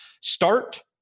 Start